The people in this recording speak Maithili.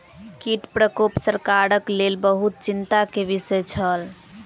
कीट प्रकोप सरकारक लेल बहुत चिंता के विषय छल